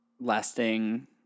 lasting